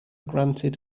granted